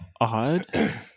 odd